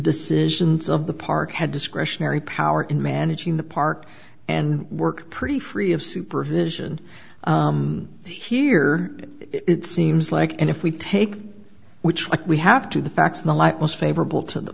decisions of the park had discretionary power in managing the park and work pretty free of supervision here it seems like and if we take which one we have to the facts in the light most favorable to the